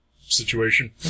situation